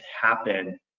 happen